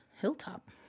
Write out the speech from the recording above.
Hilltop